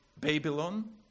Babylon